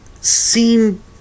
seem